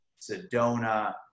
Sedona